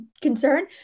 concern